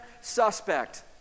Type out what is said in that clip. suspect